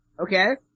okay